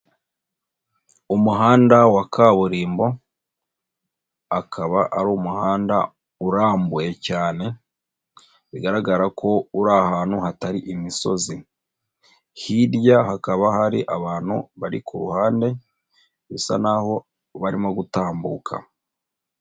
Umuhanda wa kaburimbo akaba ari umuhanda urambuye cyane, bigaragara ko uri ahantu hatari imisozi. Hirya hakaba hari abantu bari ku ruhande, bisa naho barimo gutambuka.